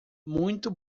muito